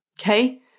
Okay